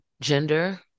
gender